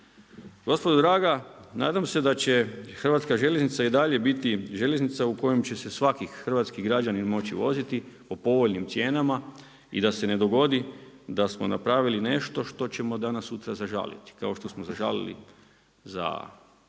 Gospodo draga, nadam se da će Hrvatska željeznica i dalje biti željeznica u kojom će se svaki hrvatski građanin moći voziti po povoljnim cijenama i da se ne dogodi da smo napravili nešto što ćemo danas sutra zažaliti. Kao što smo zažalili za aerodrom,